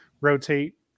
rotate